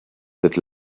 that